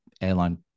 airline